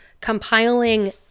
compiling